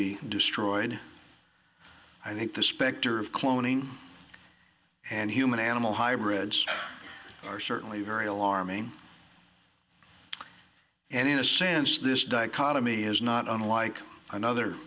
be destroyed i think the specter of cloning and human animal hybrids are certainly very alarming and in a sense this dichotomy is not unlike